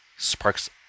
sparks